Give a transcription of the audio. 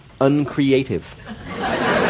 uncreative